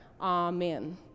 Amen